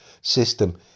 system